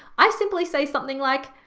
i simply say something like,